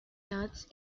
nuts